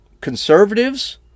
conservatives